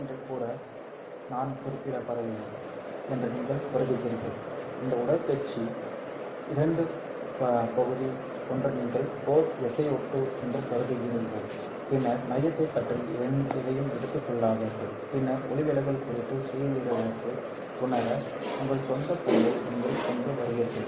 core சரி என்று கூட நான் குறிப்பிடவில்லை என்று நீங்கள் கருதுகிறீர்கள் இந்த உடற்பயிற்சி இரண்டு பகுதி ஒன்று நீங்கள் கோர் SiO2 என்று கருதுகிறீர்கள் பின்னர் மையத்தைப் பற்றி எதையும் எடுத்துக் கொள்ளாதீர்கள் பின்னர் ஒளிவிலகல் குறியீட்டு சுயவிவரத்தை உணர உங்கள் சொந்த பொருளை நீங்கள் கொண்டு வருவீர்கள்